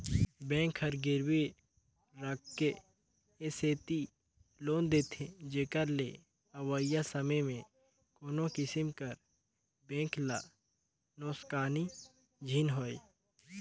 bank हर गिरवी राखके ए सेती लोन देथे जेकर ले अवइया समे में कोनो किसिम कर बेंक ल नोसकान झिन होए